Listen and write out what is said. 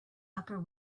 upper